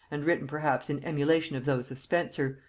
and written perhaps in emulation of those of spenser,